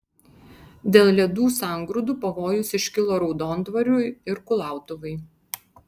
dėl ledų sangrūdų pavojus iškilo raudondvariui ir kulautuvai